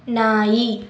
ನಾಯಿ